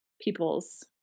people's